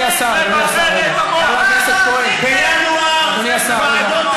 בחשבון בחישוב הכנסותיה לשם קביעת זכאותה לגמלת מזונות,